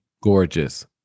gorgeous